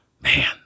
man